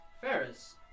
Ferris